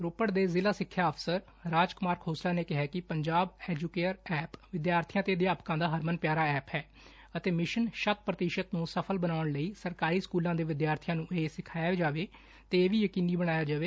ਰੋਪੜ ਦੇ ਜਿਲ੍ਹਾ ਸਿੱਖਿਆ ਅਫਸਰ ਰਾਜ ਕੁਮਾਰ ਖੋਮਲਾ ਨੇ ਕਿਹਾ ਕਿ ਪੰਜਾਬ ਐਜੁਕੇਅਰ ਐਪ ਵਿਦਿਆਰਬੀਆਂ ਦਾ ਹਰਮਨ ਪਿਆਰਾ ਐਪ ਹੈ ਅਤੇ ਮਿਸ਼ਨ ਸ਼ਤ ਪ੍ਰਤੀਸ਼ਤ ਨੂੂ ਸਫ਼ਲ ਬਣਾਉਣ ਲਈ ਸਰਕਾਰੀ ਸਕੁਲਾਂ ਦੇ ਵਿਦਿਆਰਥੀਆਂ ਨੂੰ ਇਹ ਸਿਖਾਇਆ ਜਾਣਾ ਯਕੀਨੀ ਬਣਾਇਆ ਜਾਵੇ